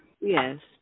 Yes